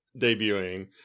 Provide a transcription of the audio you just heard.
debuting